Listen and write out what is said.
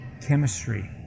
chemistry